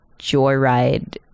Joyride